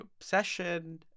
obsession